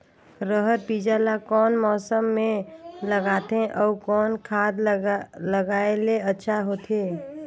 रहर बीजा ला कौन मौसम मे लगाथे अउ कौन खाद लगायेले अच्छा होथे?